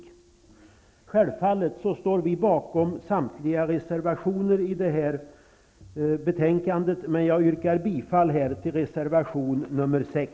Vi står självfallet bakom samtliga våra reservationer till betänkandet, men jag yrkar endast bifall till reservation nr 6.